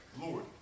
Lord